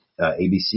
ABC